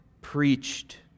preached